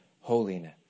holiness